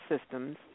systems